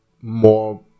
more